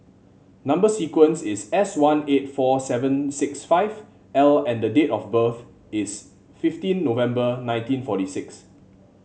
number sequence is S one eight four seven six five L and the date of birth is fifteen November nineteen forty six